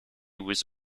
was